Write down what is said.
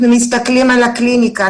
אנחנו מסתכלים על הקליניקה,